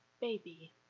baby